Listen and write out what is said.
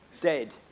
dead